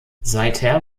seither